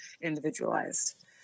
individualized